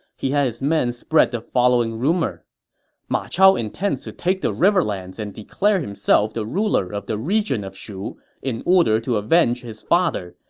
he had his men spread the following rumor ma chao intends to take the riverlands and declare himself the ruler of the region of shu in order to avenge his father.